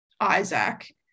Isaac